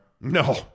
No